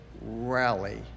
rally